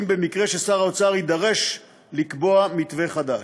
במקרה ששר האוצר יידרש לקבוע מתווה חדש.